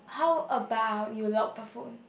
how about you lock the phone